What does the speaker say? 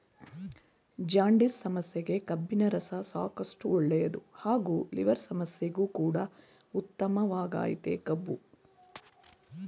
jaundice ಸಮಸ್ಯೆಗೆ ಕಬ್ಬಿನರಸ ಸಾಕಷ್ಟು ಒಳ್ಳೇದು ಹಾಗೂ ಲಿವರ್ ಸಮಸ್ಯೆಗು ಕೂಡ ಉತ್ತಮವಾಗಯ್ತೆ ಕಬ್ಬು